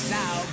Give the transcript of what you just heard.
now